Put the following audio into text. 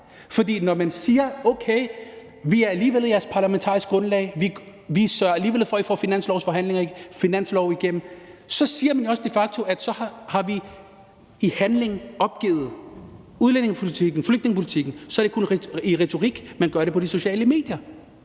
for når man siger, at okay, vi er alligevel jeres parlamentariske grundlag, og vi sørger alligevel for, at vi får finanslove igennem, så siger man jo også de facto, at så har vi i handling opgivet udlændingepolitikken, flygtningepolitikken. Så er det kun i retorikken, man gør det på de sociale medier.